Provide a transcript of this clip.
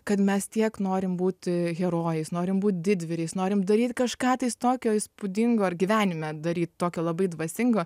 kad mes tiek norim būti herojais norim būt didvyriais norim daryt kažką tais tokio įspūdingo ar gyvenime daryt tokio labai dvasingo